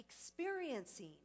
experiencing